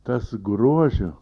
tas grožio